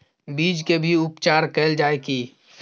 बीज के भी उपचार कैल जाय की?